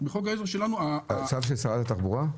של שרת התחבורה?